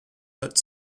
but